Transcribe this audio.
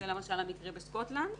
זה למשל המקרה בסקוטלנד.